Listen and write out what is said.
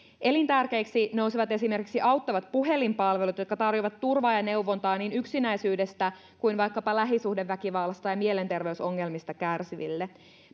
elintärkeiksi nousevat esimerkiksi auttavat puhelinpalvelut jotka tarjoavat turvaa ja neuvontaa niin yksinäisyydestä kuin vaikkapa lähisuhdeväkivallasta ja mielenterveysongelmista kärsiville